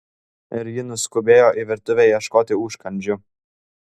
ir ji nuskubėjo į virtuvę ieškoti užkandžių